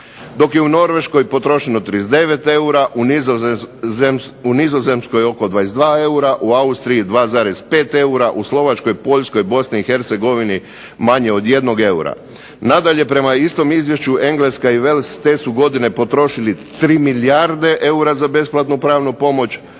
dok je u Norveškoj potrošeno 39 eura, u Nizozemskoj oko 22 eura, u Austriji 2,5 eura, u Slovačkoj, Poljskoj, Bosni i Hercegovini manje od 1 eura. Nadalje, prema istom izvješću Engleska i Wales te su godine potrošili 3 milijarde eura za besplatnu pravnu pomoć,